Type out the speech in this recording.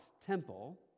temple